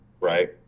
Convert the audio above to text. right